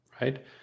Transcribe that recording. right